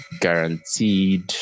guaranteed